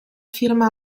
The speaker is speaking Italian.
firma